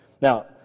Now